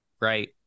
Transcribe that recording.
right